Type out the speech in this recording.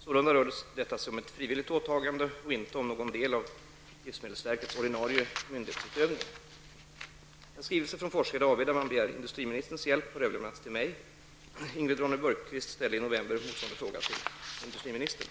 Sålunda rör detta sig om ett frivilligt åtagande och inte om någon del av livsmedelsverkets ordinarie myndighetsutövning. En skrivelse från Forsheda AB där man begär industriministerns hjälp har överlämnats till mig. Ingrid Ronne-Björkqvist ställde i november motsvarande fråga till industriministern.